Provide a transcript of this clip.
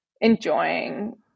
enjoying